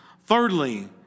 Thirdly